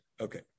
Okay